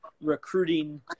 recruiting